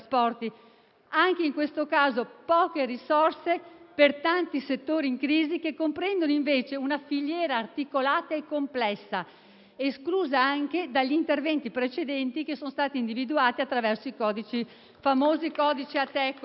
Anche in questo caso sono poche le risorse per i tanti settori in crisi che comprendono, invece, una filiera articolata e complessa esclusa anche dagli interventi precedenti individuati attraverso i famosi codice Ateco.